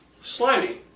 Slimy